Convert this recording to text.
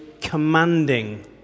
commanding